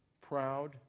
proud